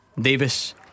Davis